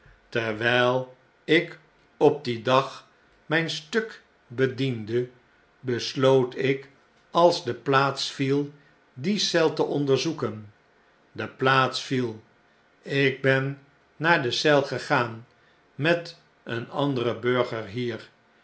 terwjjl ik op dien dag imjn stuk bediende beslootik als de plaats viel die eel te onderzoeken de plaats viel ik ben naar de eel gegaan met een anderen burger hier